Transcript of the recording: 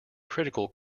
critical